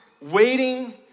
waiting